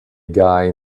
guy